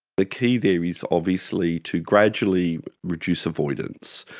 the key there is obviously to gradually reduce avoidance.